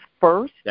first